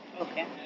Okay